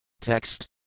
Text